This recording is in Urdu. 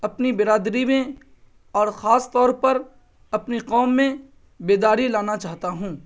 اپنی برادری میں اور خاص طور پر اپنی قوم میں بیداری لانا چاہتا ہوں